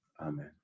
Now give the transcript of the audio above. Amen